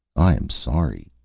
i am sorry,